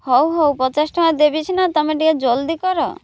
ହଉ ହଉ ପଚାଶ ଟଙ୍କା ଦେବି ସିନା ତୁମେ ଟିକେ ଜଲ୍ଦି କର